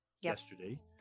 yesterday